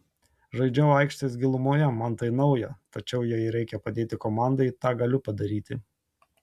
žaidžiau aikštės gilumoje man tai nauja tačiau jei reikia padėti komandai tą galiu padaryti